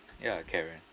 ya karen